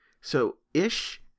so-ish